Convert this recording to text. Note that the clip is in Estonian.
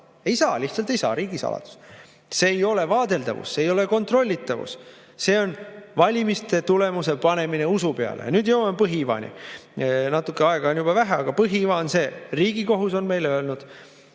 Ei saa, lihtsalt ei saa, riigisaladus. See ei ole vaadeldavus, see ei ole kontrollitavus, see on valimiste tulemuse panemine usu peale. Nüüd jõuame põhiivani. Natuke on juba aega vähe, aga põhiiva on see. Riigikohus on meile öelnud,